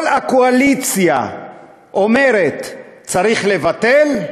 כל הקואליציה אומרת שצריך לבטל,